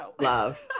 love